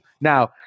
Now